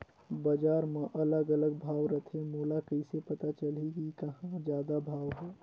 बजार मे अलग अलग भाव रथे, मोला कइसे पता चलही कि कहां जादा भाव हे?